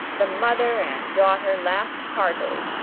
the mother and daughter laughed heartily,